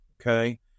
Okay